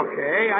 Okay